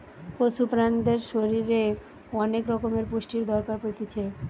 পশু প্রাণীদের শরীরের অনেক রকমের পুষ্টির দরকার পড়তিছে